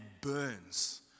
burns